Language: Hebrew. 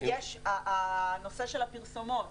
הנושא של הפרסומות